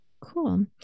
Cool